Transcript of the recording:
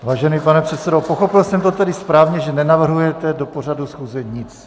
Vážený pane předsedo, pochopil jsem to tedy správně, že nenavrhujete do pořadu schůze nic?